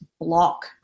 block